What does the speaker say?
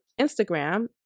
Instagram